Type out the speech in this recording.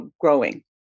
growing